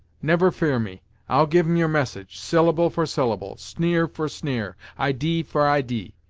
never fear me i'll give em your message, syllable for syllable, sneer for sneer, idee for idee,